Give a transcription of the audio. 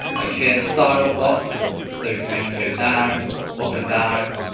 like here style, up so we can make it go down or up and down,